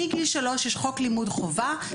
מגיל שלוש יש חוק לימוד חובה,